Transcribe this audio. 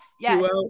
yes